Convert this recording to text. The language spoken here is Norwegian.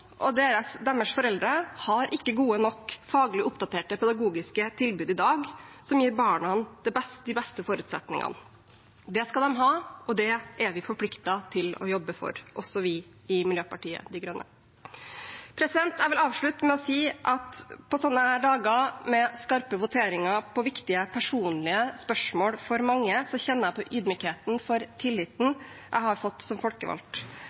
og deres foreldre i dag gode nok, faglig oppdaterte pedagogiske tilbud som gir barna de beste forutsetningene. Det skal de ha, og det er vi forpliktet til å jobbe for, også vi i Miljøpartiet De Grønne. Jeg vil avslutte med å si at på slike dager med skarpe voteringer i viktige, personlige spørsmål for mange kjenner jeg på ydmykheten overfor tilliten jeg har fått som folkevalgt.